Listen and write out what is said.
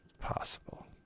Possible